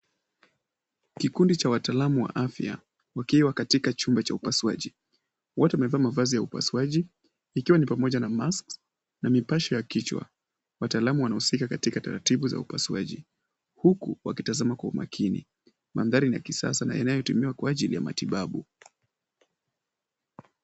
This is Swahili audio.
Kikundi cha wataalamu wa afya wakiwa katika chumba cha upasuaji. Wote wamevaa mavazi ya upasuaji. Ikiwa ni pamoja na masks na mipasho ya kichwa. Wataalamu wanahusika katika taratibu za upasuaji huku wakitazama kwa umakini. Mandhari ni ya kisasa na inayotumiwa kwa ajili ya matibabu.